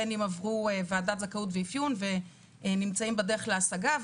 בין אם עברו ועדות זכאות ואפיון ונמצאים בדרך להשגה,